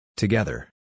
together